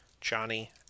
Johnny